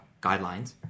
guidelines